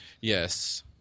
Yes